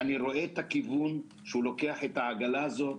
אני רואה את הכיוון שאליו הוא לוקח את העגלה הזאת.